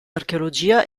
archeologia